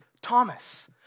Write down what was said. Thomas